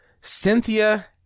Cynthia